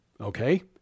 okay